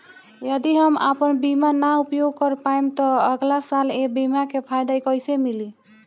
यदि हम आपन बीमा ना उपयोग कर पाएम त अगलासाल ए बीमा के फाइदा कइसे मिली?